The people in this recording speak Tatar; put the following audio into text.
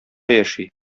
яши